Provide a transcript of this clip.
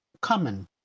common